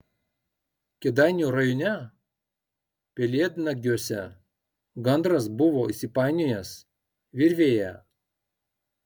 kėdainių rajone pelėdnagiuose gandras buvo įsipainiojęs virvėje